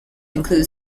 include